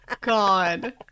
God